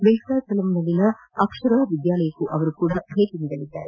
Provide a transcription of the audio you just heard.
ವೆಂಕಟಾಚಲಂನಲ್ಲಿನ ಅಕ್ಷರಾ ವಿದ್ಯಾಲಯಕ್ಕೂ ಅವರು ಭೇಟಿ ನೀಡಲಿದ್ದಾರೆ